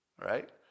right